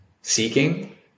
seeking